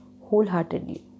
wholeheartedly